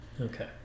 okay